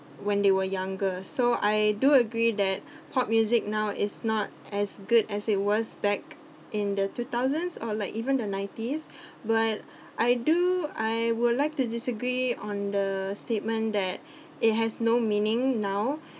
when they were younger so I do agree that pop music now is not as good as it was back in the two thousands or like even the nineties but I do I would like to disagree on the statement that it has no meaning now